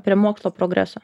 prie mokslo progreso